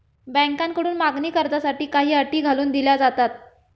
बँकांकडून मागणी कर्जासाठी काही अटी घालून दिल्या जातात